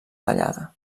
tallada